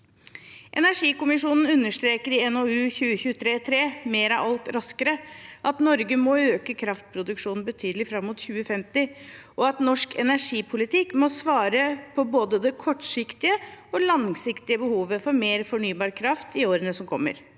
Energikommisjonen understreker i NOU 2023: 3, «Mer av alt – raskere», at Norge må øke kraftproduksjonen betydelig fram mot 2050, og at norsk energipolitikk må svare på både det kortsiktige og langsiktige behovet for mer fornybar kraft i årene som kommer.